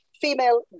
female